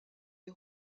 les